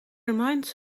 reminds